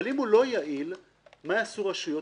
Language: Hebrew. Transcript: אבל אם הוא לא יעיל, מה יעשו רשויות?